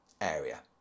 area